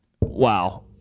Wow